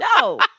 No